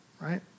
right